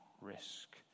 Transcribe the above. risk